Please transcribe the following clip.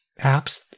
apps